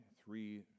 Three